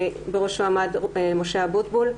בראשה עמד משה אבוטבול,